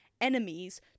enemies